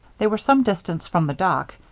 they were some distance from the dock,